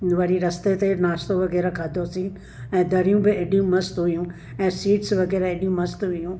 वरी रस्ते ते नाश्तो वग़ैरह खाधोसीं ऐं दरियूं बि हेॾियूं मस्तु हुयूं ऐं सीट्स वग़ैरह हेॾी मस्तु हुयूं